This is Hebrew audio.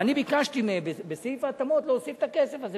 ואני ביקשתי מהם בסעיף ההתאמות להוסיף את הכסף הזה.